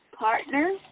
partner